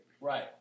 Right